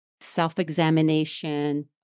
self-examination